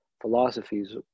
philosophies